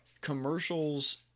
commercials